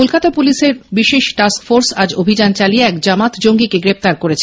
কলকাতা পুলিশের বিশেষ টাস্কফোর্স আজ অভিযান চালিয়ে এক জামাত জঙ্গীকে গ্রেপ্তার করেছে